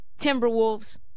Timberwolves